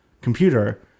computer